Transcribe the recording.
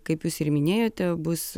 kaip jūs ir minėjote bus